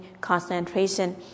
concentration